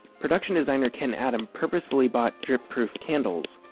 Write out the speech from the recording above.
production designer ken adam purposefully bought drip-proof candles,